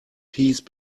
peace